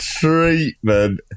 treatment